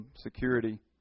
security